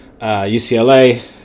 UCLA